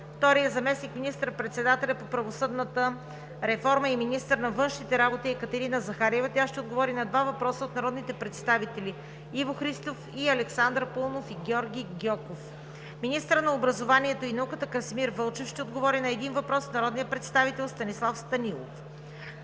2. Заместник министър-председателят по правосъдната реформа и министър на външните работи Екатерина Захариева ще отговори на два въпроса от народните представители Иво Христов; и Александър Паунов и Георги Гьоков. 3. Министърът на образованието и науката Красимир Вълчев ще отговори на един въпрос от народния представител Станислав Станилов.